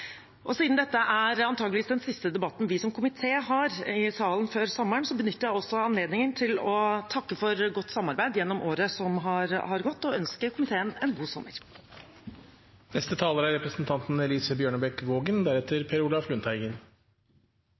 Siden dette antakelig er den siste debatten vi som komité har i salen før sommeren, benytter jeg også anledningen til å takke for godt samarbeid i året som har gått og ønsker komiteen en god